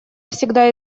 всегда